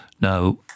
Now